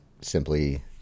Simply